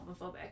homophobic